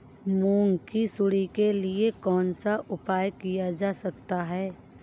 मूंग की सुंडी के लिए कौन सा उपाय किया जा सकता है?